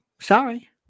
Sorry